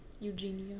Eugenia